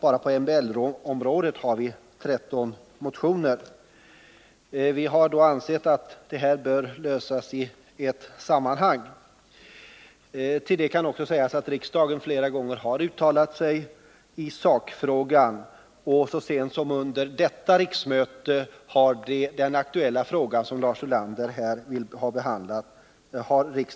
Bara på MBL-området rör det sig om 13 motioner. Utskottet har ansett att de frågor som aktualiserats bör lösas i ett sammanhang. När det gäller den av Lars Ulander åberopade motionen kan också sägas att riksdagen flera gånger — också så sent som under detta riksmöte — har uttalat sig i sakfrågan.